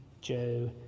Joe